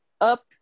up